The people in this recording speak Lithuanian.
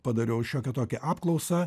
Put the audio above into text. padariau šiokią tokią apklausą